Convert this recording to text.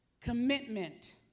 commitment